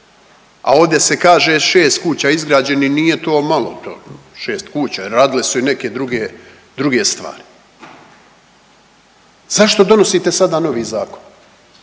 a ovdje se kaže šest kuća izgrađenih nije to malo, šeste kuća radile su se i neke druge stvari. Zašto donosite sada novi zakon?